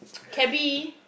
cabby